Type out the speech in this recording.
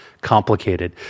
complicated